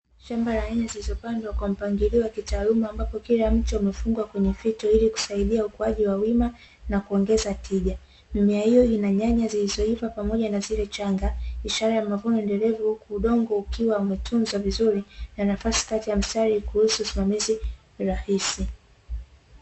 Shamba la nyanya zilizopandwa kwa mpangilio wa kitaaluma ambapo kila mche umefungwa kwenye fito ili kusaidia ukuaji wa wima na kuongeza tija. Mimea hiyo ina nyanya zilizoiva pamoja na zile changa, ishara ya mavuno endelevu huku udongo ukiwa umetunza vizuri na nafasi kati ya mstari kuruhusu usimamizi rahisi.